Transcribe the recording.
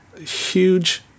huge